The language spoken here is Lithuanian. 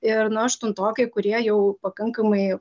ir nu aštuntokai kurie jau pakankamai